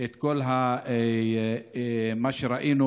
את כל מה שראינו,